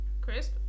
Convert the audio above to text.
Chris